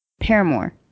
Paramore